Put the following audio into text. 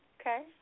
Okay